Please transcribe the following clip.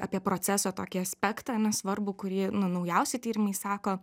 apie proceso tokį aspektą na svarbu kurį nu naujausi tyrimai sako